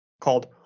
called